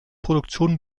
produktion